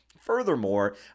Furthermore